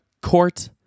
court